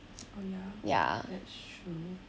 oh ya that's true